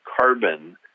carbon